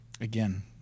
Again